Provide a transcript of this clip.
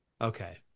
Okay